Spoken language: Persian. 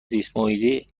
زیستمحیطی